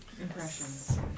Impressions